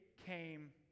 came